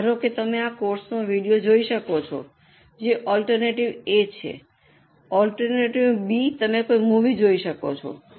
તો ધારો કે તમે આ કોર્સનો વિડિઓ જોઈ શકો છો જે ઑલ્ટર્નટિવ A છે ઑલ્ટર્નટિવ B તમે કોઈ મૂવી જોઈ શકો છો